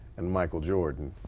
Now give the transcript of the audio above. and michael jordan.